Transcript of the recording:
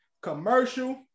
commercial